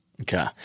Okay